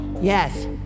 Yes